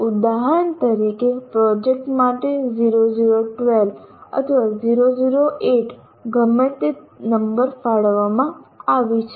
ઉદાહરણ તરીકે પ્રોજેક્ટ માટે 0 0 12 અથવા 0 0 8 ગમે તે નંબર ફાળવવામાં આવે છે